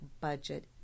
budget